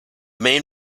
main